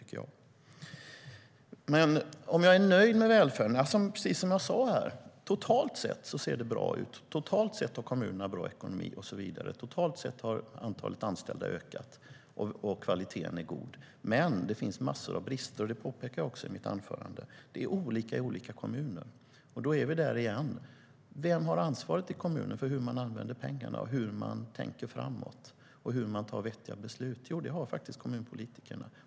Frågan var om jag är nöjd med välfärden. Som jag sa ser det bra ut totalt sett. Totalt sett har kommunerna bra ekonomi. Totalt sett har antalet anställda ökat, och kvaliteten är god. Men det finns många brister, vilket jag också påpekade i mitt anförande. Det är olika i olika kommuner, och då är vi där igen. Vem eller vilka i kommunen har ansvaret för hur pengarna används, hur man tänker framåt och hur man fattar vettiga beslut? Jo, det har kommunpolitikerna.